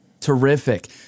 Terrific